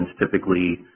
typically